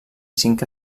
cinc